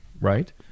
Right